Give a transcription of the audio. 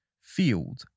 field